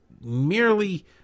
merely